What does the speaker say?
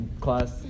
class